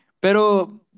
pero